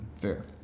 Fair